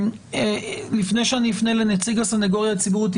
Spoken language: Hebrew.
לפני שאני אפנה לנציג הסניגוריה הציבורית,